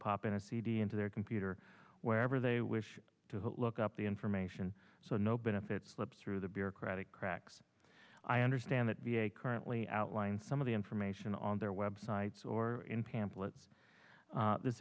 pop in a cd into their computer wherever they wish to look up the information so no benefits slip through the bureaucratic cracks i understand that v a currently outlined some of the information on their websites or